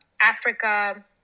Africa